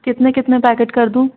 कितने कितने पैकेट कर दूँ